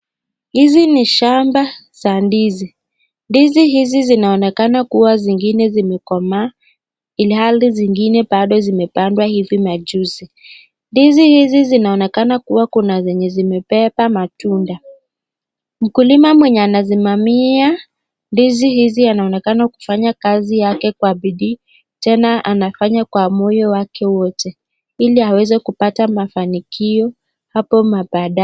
Hizi ni shamba za ndizi ndizi hizi zinaonekana zingine zimekomaa ilhali zingine bado zimepandwa hivi maajuzi. Ndizi hizi zinaonekana kuwa kuna zenye zimebeba matunda mkulima mwenye anasimamia ndizi hizi anaenekana kufanya kazi yake kwa bidii tena anafanya kwa moyo wake wote, ili aweze kupata mafanikio hapo baadaye.